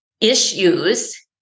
issues